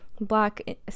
black